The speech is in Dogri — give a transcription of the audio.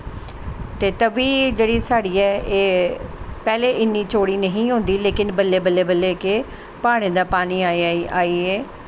ते तवी जेह्ड़ी साढ़ी ऐ एह् पैह्लें इन्नी चौड़ी नेईं ही होंदी लेकिन बल्लें बल्लें बल्लें के प्हाड़ें दा पानी आई आइयै